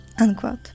Unquote